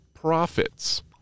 Profits